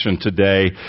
Today